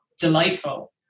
delightful